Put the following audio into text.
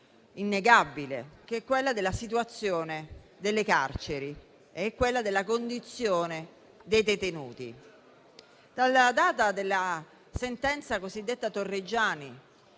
innegabile: la situazione delle carceri e la condizione dei detenuti. Dalla data della sentenza cosiddetta Torreggiani,